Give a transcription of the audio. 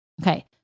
Okay